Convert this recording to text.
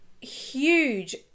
huge